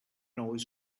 always